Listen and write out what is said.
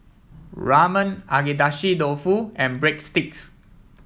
Ramen Agedashi Dofu and Breadsticks